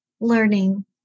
learning